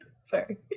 sorry